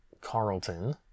Carlton